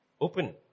Open